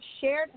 shared